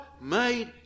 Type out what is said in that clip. made